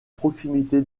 proximité